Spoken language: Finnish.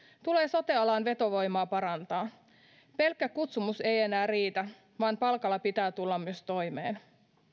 tulee sote alan vetovoimaa parantaa pelkkä kutsumus ei enää riitä vaan palkalla pitää tulla myös toimeen